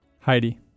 Heidi